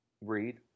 Read